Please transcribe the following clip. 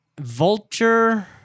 Vulture